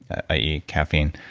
i e. caffeine,